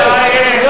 כן.